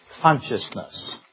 consciousness